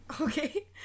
Okay